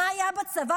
מה היה בצבא,